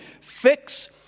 Fix